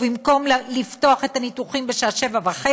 ובמקום לפתוח את הניתוחים בשעה 07:30,